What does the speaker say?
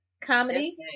Comedy